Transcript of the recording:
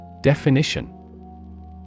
Definition